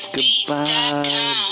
Goodbye